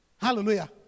Hallelujah